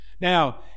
Now